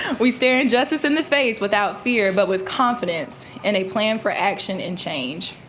we stare injustice in the face without fear but with confidence and a plan for action and change.